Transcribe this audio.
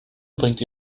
bringt